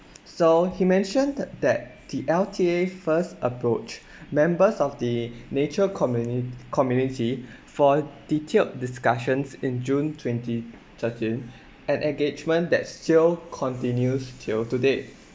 so he mentioned that that the L_T_ A first approach members of the nature communi~ community for detailed discussions in june twenty thirteen an engagement that still continues till today